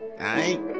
right